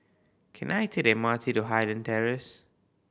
can I take the M R T to Highland Terrace